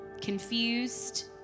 confused